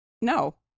No